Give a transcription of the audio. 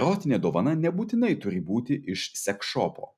erotinė dovana nebūtinai turi būti iš seksšopo